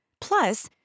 Plus